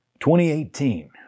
2018